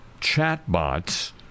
chatbots